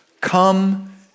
Come